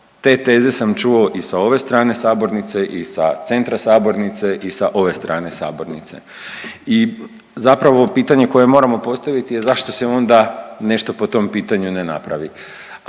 te teze sam čuo i sa ove strane sabornice i sa centra sabornice i sa ove strane sabornice i zapravo pitanje koje moramo postaviti je zašto se onda nešto po tom pitanju ne napravi,